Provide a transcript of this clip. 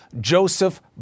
Joseph